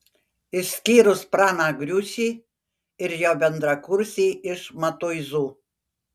išskyrus praną griušį ir jo bendrakursį iš matuizų